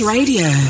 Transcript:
Radio